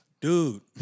Dude